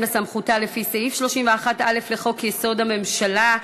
לסמכותה לפי סעיף 31(א) לחוק-יסוד: הממשלה,